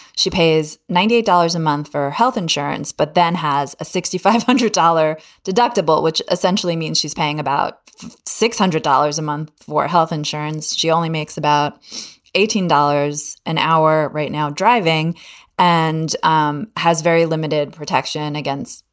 she pays ninety dollars a month for health insurance, but then has a sixty five hundred dollar deductible, which essentially means she's paying about six hundred dollars a month for health insurance. she only makes about eighteen dollars an hour right now driving and um has very limited protection against,